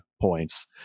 points